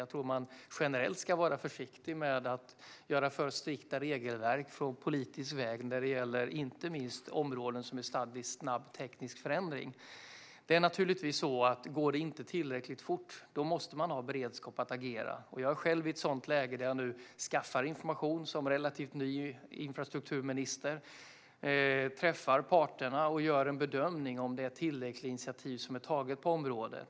Jag tror också att man generellt ska vara försiktig med att från politiskt håll införa för strikta regelverk, inte minst när det gäller områden stadda i snabb teknisk förändring. Om det inte går tillräckligt fort måste man ha beredskap att agera. Jag är själv i ett sådant läge, som relativt ny infrastrukturminister, där jag nu skaffar information, träffar parterna och gör en bedömning av om tillräckliga initiativ har tagits på området.